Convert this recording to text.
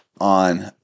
on